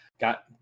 got